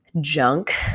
junk